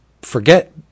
forget